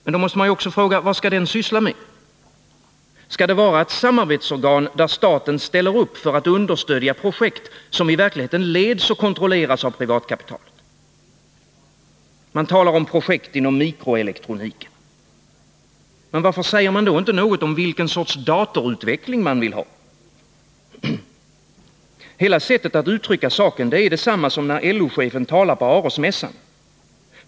Men då måste man också fråga: Vad skall den syssla med? Skall det vara ett samarbetsorgan, där staten ställer upp för att understödja projekt som i verkligheten leds och kontrolleras av privatkapitalet? Man talar om projekt inom mikroelektroniken. Men varför säger man då inte någonting om vilken sorts datorutveckling man vill ha? Hela sättet att uttrycka saken är som när LO-chefen talar på Arosmässan.